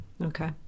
Okay